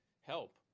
help